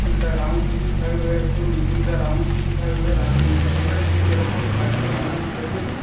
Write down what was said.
চুলটা রাউন্ডিং থাকবে শুনুন চুলটা রাউন্ডিং থাকবে রাউন্ডিং থা এবারে যে যেরকম পারছে নাম দিচ্ছে বুঝলেন